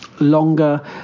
Longer